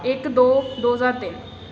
ਇੱਕ ਦੋ ਦੋ ਹਜ਼ਾਰ ਤਿੰਨ